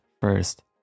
first